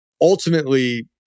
ultimately